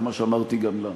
את מה שאמרתי גם לה.